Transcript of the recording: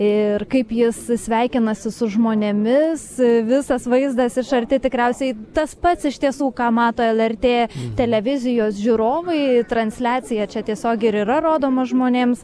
ir kaip jis sveikinasi su žmonėmis visas vaizdas iš arti tikriausiai tas pats iš tiesų ką mato lrt televizijos žiūrovai transliacija čia tiesiog ir yra rodoma žmonėms